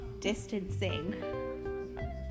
distancing